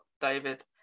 David